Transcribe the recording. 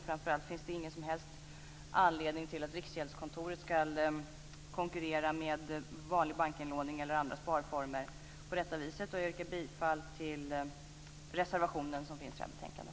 Framför allt finns det ingen som helst anledning till att Riksgäldskontoret ska konkurrera med vanlig bankinlåning eller andra sparformer på detta vis. Jag yrkar bifall till reservationen som finns i detta betänkande.